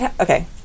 okay